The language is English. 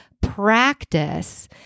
practice